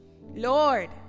Lord